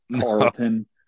carlton